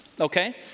Okay